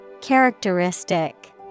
Characteristic